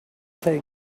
think